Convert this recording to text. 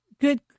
good